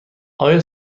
آیا